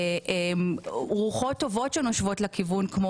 יש רוחות טובות שנושבות לכיוון כמו